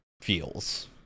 feels